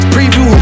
Preview